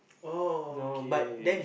oh okay